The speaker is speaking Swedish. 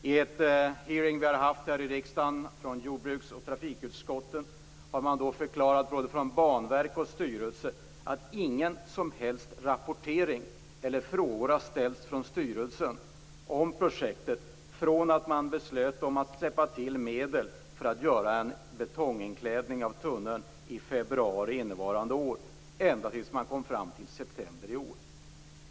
I en hearing här i riksdagen anordnad av jordbruks och trafikutskotten har man både från banverk och styrelse förklarat att ingen som helst rapportering har skett och inga frågor ställts från styrelsen om projektet sedan man beslöt att släppa till medel för att göra en betonginklädning av tunneln i februari innevarande år ända tills man kom fram till september i år.